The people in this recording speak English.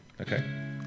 Okay